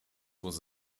was